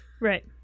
right